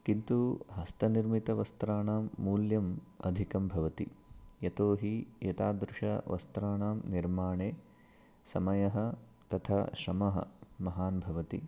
किन्तु हस्तनिर्मितवस्त्राणां मूल्यम् अधिकं भवति यतो हि एतादृश वस्त्राणां निर्माणे समयः तथा श्रमः महान् भवति